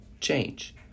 change